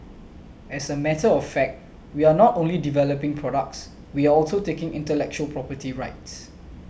as a matter of fact we are not only developing products we are also taking intellectual property rights